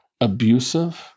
abusive